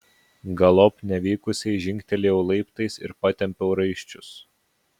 galop nevykusiai žingtelėjau laiptais ir patempiau raiščius